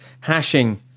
hashing